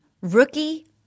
rookie